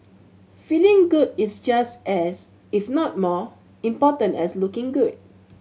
feeling good is just as if not more important as looking good